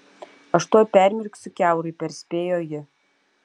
aš tuoj permirksiu kiaurai perspėjo ji